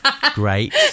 Great